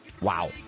Wow